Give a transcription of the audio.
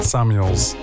Samuels